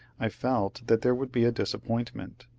i felt that there would be a dis appointment.